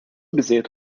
biżżejjed